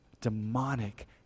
demonic